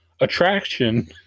attraction